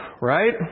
right